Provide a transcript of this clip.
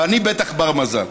אבל אני בטח בר-מזל.